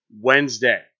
Wednesday